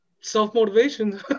self-motivation